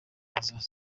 hazaza